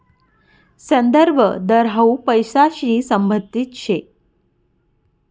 संदर्भ दर हाउ पैसांशी संबंधित शे